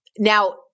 Now